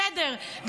זה בסדר,